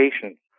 patients